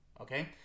okay